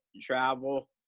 travel